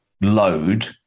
load